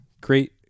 Great